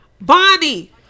Bonnie